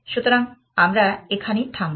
সুতরাং আমরা এখানেই থামব